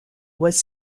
was